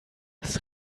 das